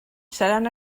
seran